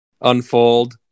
unfold